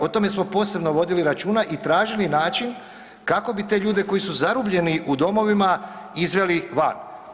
O tome smo posebno vodili računa i tražili način kako bi te ljude koji su zarobljeni u domovima izveli van.